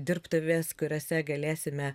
dirbtuvės kuriose galėsime